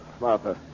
Martha